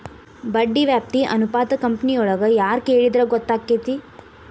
ಬಡ್ಡಿ ವ್ಯಾಪ್ತಿ ಅನುಪಾತಾ ಕಂಪನಿಯೊಳಗ್ ಯಾರ್ ಕೆಳಿದ್ರ ಗೊತ್ತಕ್ಕೆತಿ?